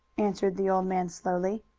answered the old man slowly.